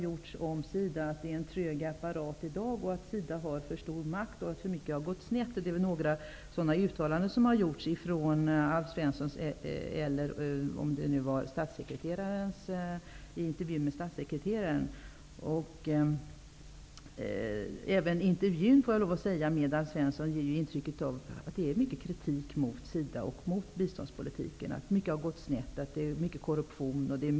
Det hävdas att SIDA är en trög apparat, SIDA har för stor makt och att för mycket har gått snett. Sådana uttalanden har kommit fram i en intervju med Alf Svensson, eller om det var med statssekreteraren. Även intervjun med Alf Svensson ger intrycket av att det finns mycket kritik mot SIDA och biståndspolitiken. Mycket skall ha gått snett. Det skall finnas mycket korruption och mutor.